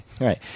Right